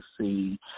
see